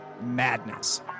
MADNESS